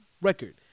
record